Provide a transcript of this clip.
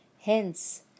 Hence